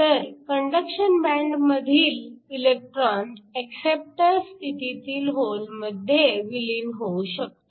तर conduction band मधील electron acceptor स्थितीतील होल मध्ये विलीन होऊ शकतो